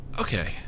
Okay